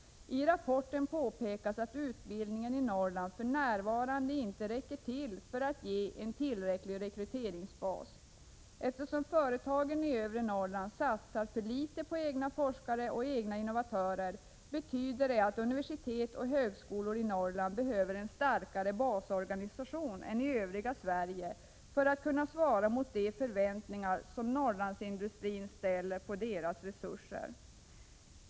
I rapporten påpekas att utbildningen i Norrland för närvarande inte räcker till för att utgöra en tillräcklig rekryteringsbas. Eftersom företagen i övre Norrland satsar för litet på egna forskare och egna innovatörer, behöver universitet och högskolor i Norrland en starkare basorganisation än i övriga Sverige för att kunna svara mot de förväntningar som Norrlandsindustrin ställer på dem.